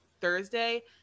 Thursday